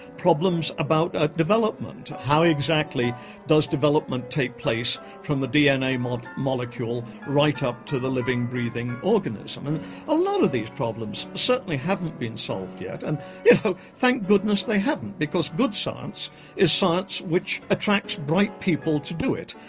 problems about ah development, how exactly does development take place from the dna um molecule right up to the living, breathing organism? and a lot of these problems certainly haven't been solved yet and yeah so thank goodness they haven't because good science is science which attracts bright people to do it.